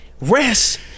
Rest